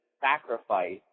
sacrifice